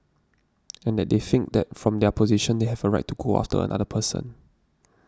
and that they think that from their position they have a right to go after another person